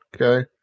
okay